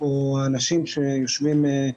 הוא האנשים שיושבים פה